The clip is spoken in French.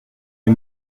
des